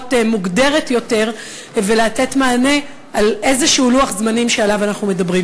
מוגדרת יותר ויינתן מענה על איזה לוח-זמנים אנחנו מדברים.